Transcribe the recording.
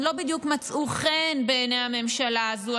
לא בדיוק מצאו חן בעיני הממשלה הזאת,